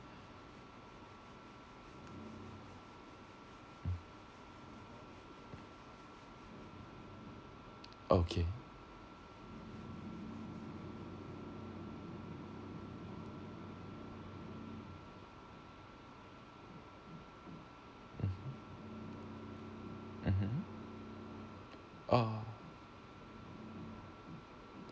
um okay mmhmm oh